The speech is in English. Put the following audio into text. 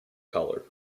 color